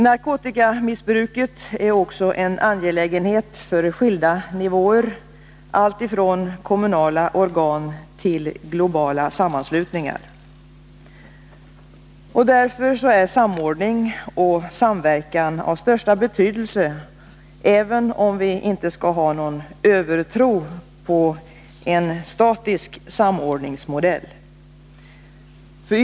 Narkotikamissbruket är också en angelägenhet för skilda nivåer alltifrån kommunala organ till globala sammanslutningar. Därför är samordning och samverkan av största betydelse, även om vi inte skall ha någon övertro på en statisk samordningsmodell.